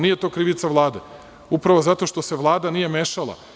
Nije to krivica Vlade, upravo zato što se Vlada nije mešala.